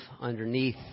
underneath